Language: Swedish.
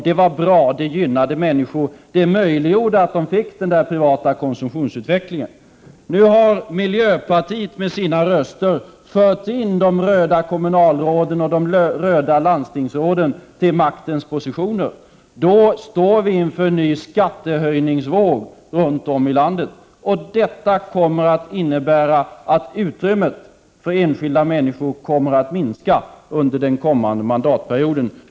Det var bra, det gynnade människor och det möjliggjorde för dem att de fick den där privata konsumtionsutvecklingen. Nu har miljöpartiet med sina röster fört in de röda kommunalråden och de röda landstingsråden till maktens positioner. Då står vi inför en ny skattehöjningsvåg runt om i landet. Detta kommer att innebära att utrymmet för enskilda människor kommer att minska under den kommande mandatperioden.